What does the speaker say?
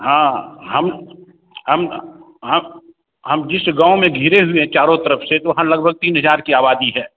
हाँ हम हम हम जिस गाँव में घिरे हुए हैं चारों तरफ़ से तो वहाँ लगभग तीन हज़ार की आबादी है